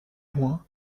loin